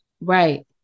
Right